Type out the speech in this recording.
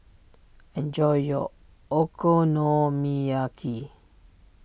enjoy your Okonomiyaki